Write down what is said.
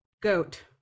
Goat